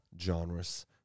genres